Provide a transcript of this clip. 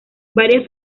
varias